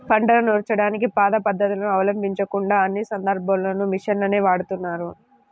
పంటను నూర్చడానికి పాత పద్ధతులను అవలంబించకుండా అన్ని సందర్భాల్లోనూ మిషన్లనే వాడుతున్నారు